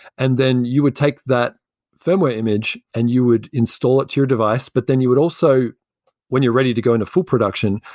and then you would take that firmware image and you would install it to your device, but then you would also when you're ready to go into full production,